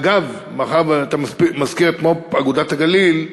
ואגב, מאחר שאתה מזכיר את מו"פ "אגודת הגליל",